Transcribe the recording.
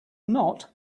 not